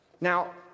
Now